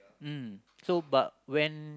mm so but when